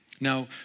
Now